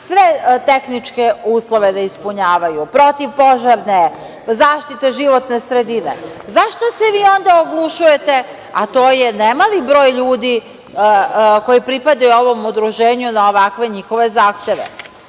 sve tehničke uslove da ispunjavaju, protivpožarne, zaštite životne sredine, zašto se svi onda oglušujete? To je nemali broj ljudi koji pripadaju ovom udruženju na ovakve njihove zahteve,